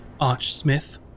Archsmith